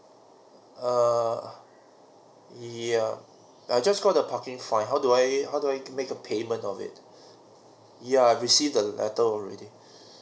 err yeah I just got the parking fine how do I how do I make a payment of it yeah received the letter already so